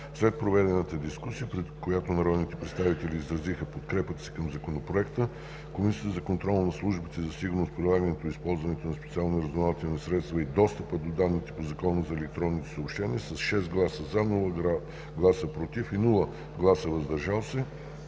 След проведената дискусия, при която народните представители изразиха подкрепата си към Законопроекта, Комисията за контрол над службите за сигурност, прилагането и използването на специалните разузнавателни средства и достъпа до данните по Закона за електронните съобщения с 6 гласа „за“, без „против“ и „въздържали се“,